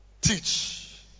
Teach